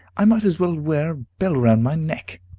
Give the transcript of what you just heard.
i might as well wear a bell round my neck.